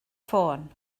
ffôn